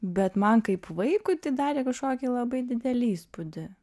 bet man kaip vaikui tai darė kažkokį labai didelį įspūdį